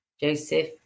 Joseph